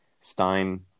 Stein